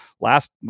last